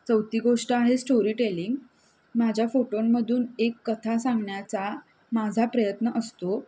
चौथी गोष्ट आहे स्टोरी टेलिंग माझ्या फोटोंमधून एक कथा सांगण्याचा माझा प्रयत्न असतो